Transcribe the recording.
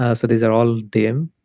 ah so these are all dim,